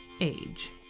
age